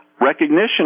Recognition